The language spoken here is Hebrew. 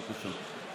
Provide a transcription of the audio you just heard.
בבקשה.